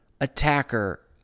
attacker